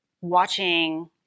watching